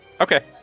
Okay